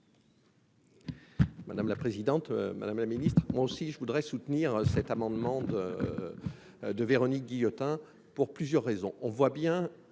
Madame la présidente, madame la Ministre, moi aussi je voudrais soutenir cet amendement de de Véronique Guillotin, pour plusieurs raisons,